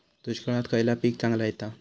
दुष्काळात खयला पीक चांगला येता?